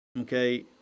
okay